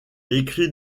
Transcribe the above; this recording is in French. écrit